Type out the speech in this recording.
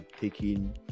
taking